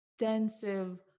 extensive